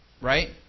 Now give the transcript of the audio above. right